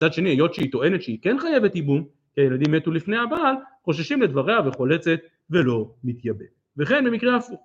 מצד שני היות שהיא טוענת שהיא כן חייבת יבום, כי הילדים מתו לפני הבעל חוששים לדבריה וחולצת ולא מתייבמת וכן במקרה הפוך